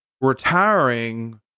retiring